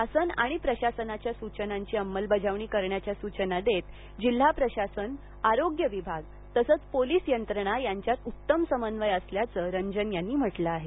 शासन आणि प्रशासनाच्या सुचनांची अंमलबजावणी करण्याच्या सूचना देत जिल्हा प्रशासन आरोग्य विभाग तसेच पोलिस यंत्रणा यांच्यात उत्तम समन्वय असल्याचं रंजन यांनी म्हटलं आहे